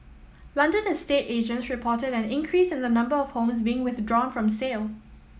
London estate agents reported an increase in the number of homes being withdrawn from sale